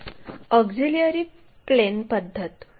तर auxiliary plane पद्धत